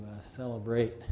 celebrate